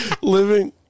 living